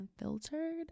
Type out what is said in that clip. unfiltered